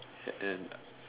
sad and